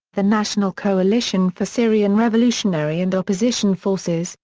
the national coalition for syrian revolutionary and opposition forces,